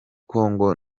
congo